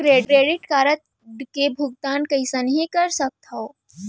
Credit card के भुगतान कईसने कर सकथो?